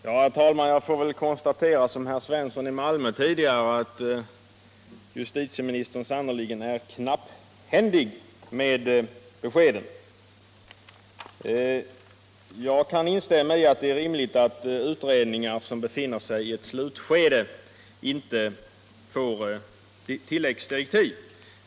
Herr talman! Jag får väl, liksom herr Svensson i Malmö gjort tidigare, konstatera att justitieministern sannerligen är knapphändig med beskeden. Jag kan instämma i att det är rimligt att utredningar som befinner sig i ett slutskede inte får tilläggsdirektiv.